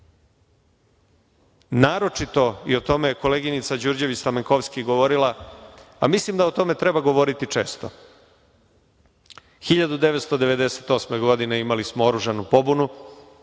naročito, i o tome je koleginica Đurđević Stamenkovski govorila, a mislim da o tome treba govoriti često. Godine 1998. imali smo oružanu pobunu